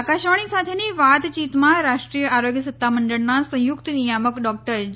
આકાશવાણી સાથેની વાતયીતમાં રાષ્ટ્રીય આરોગ્ય સત્તામંડળના સંયુક્ત નિયામક ડોક્ટર જે